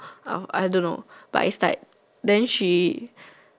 um I don't know but is like then she